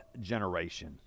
generation